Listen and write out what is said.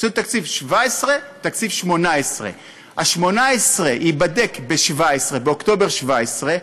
עשינו תקציב 17' ותקציב 18'. תקציב 18' ייבדק באוקטובר 17',